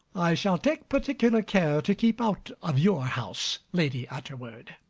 i shall take particular care to keep out of your house, lady utterword.